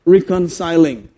Reconciling।